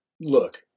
look